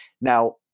Now